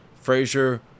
Frazier